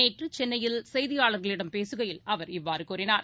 நேற்றுசென்னையில் செய்தியாளர்களிடம் பேசுகையில் அவர் இவ்வாறுகூறினார்